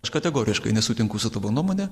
aš kategoriškai nesutinku su tavo nuomone